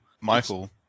Michael